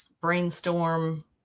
brainstorm